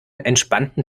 entspannten